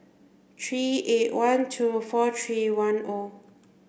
three eight one two four three one O